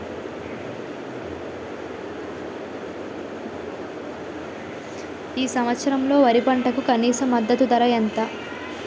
ఈ సంవత్సరంలో వరి పంటకు కనీస మద్దతు ధర ఎంత?